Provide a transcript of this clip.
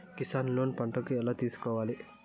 Kisan loan పంటలకు ఎలా తీసుకొనేది?